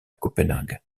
copenhague